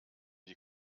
die